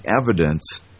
evidence